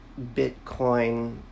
Bitcoin